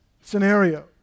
scenario